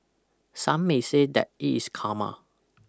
some may say that it is karma